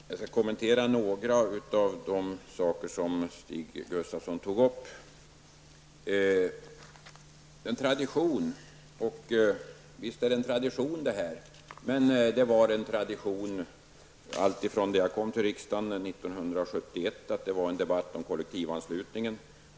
Herr talman! Jag skall kommentera några av de saker som Stig Gustafsson tog upp. Visst är detta en tradition. Men alltifrån det att jag kom till riksdagen 1971 var det också tradition med en debatt om kollektivanslutningen.